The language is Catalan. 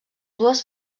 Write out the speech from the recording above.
dues